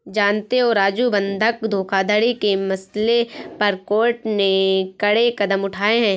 जानते हो राजू बंधक धोखाधड़ी के मसले पर कोर्ट ने कड़े कदम उठाए हैं